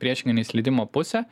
priešingą nei slydimo pusę